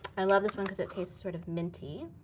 i love this one because it tastes sort of minty,